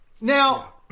Now